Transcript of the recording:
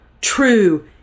true